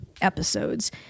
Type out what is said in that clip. episodes